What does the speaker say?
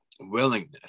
willingness